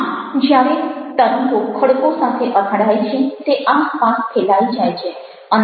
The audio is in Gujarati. આમ જ્યારે તરંગો ખડકો સાથે અથડાય છે તે આસપાસ ફેલાઈ જાય છે અને આવું વારંવાર થયા કરે છે